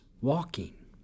walking